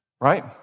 right